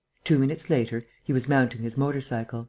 two minutes later, he was mounting his motor-cycle